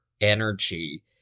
energy